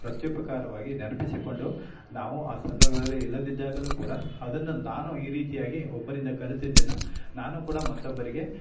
ಪ್ರತ್ಯುಪಕಾರವಾಗಿ ನೆನಪಿಸಿಕೊಂಡು ನಾವೂ ಆ ಸಂದರ್ಭದಲ್ಲಿ ಇಲ್ಲದಿದ್ದಾಗಲೂ ಕೂಡ ಅದನ್ನು ನಾನು ಈ ರೀತಿಯಾಗಿ ಒಬ್ಬರಿಂದ ಕಲಿತಿದ್ದನ್ನು ನಾನು ಕೂಡ ಮತ್ತೊಬ್ಬರಿಗೆ